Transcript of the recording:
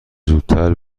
زودتر